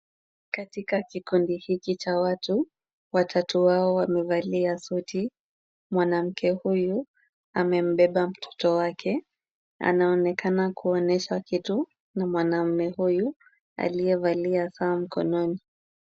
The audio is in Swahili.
Katika kikundi hiki cha watu, watatu wao wamevalia suti. Mwanamke huyu amembeba mtoto wake, anaonekana kuonyesha kitu na mwanaume huyu aliyevalia saa mkononi.